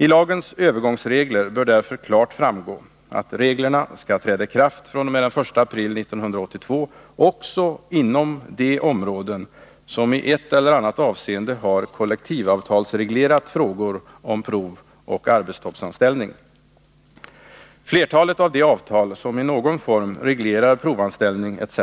I lagens övergångsregler bör därför klart framgå att reglerna skall träda i kraft fr.o.m. den 1 april 1982 också inom de områden som i ett eller annat avseende har kollektivavtalsreglerat frågor om provoch arbetstoppsanställning. Flertalet av de avtal, som i någon form reglerar provanställning etc.,